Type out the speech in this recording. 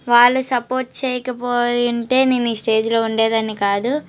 వాళ్ళు సపోర్ట్ చేయకపోయి ఉంటే నేను ఈ స్టేజిలో ఉండేదని కాదు